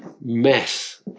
mess